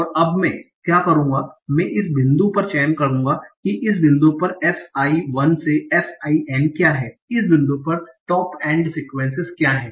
और अब मैं क्या करूंगा मैं इस बिंदु पर चयन करूंगा कि इस बिंदु पर s i 1 से s i N क्या हैं इस बिंदु पर टॉप एंड सीक्वेंसेस क्या हैं